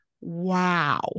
wow